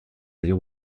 río